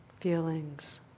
feelings